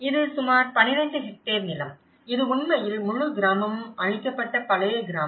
இது சுமார் 12 ஹெக்டேர் நிலம் இது உண்மையில் முழு கிராமமும் அழிக்கப்பட்ட பழைய கிராமம்